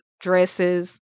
dresses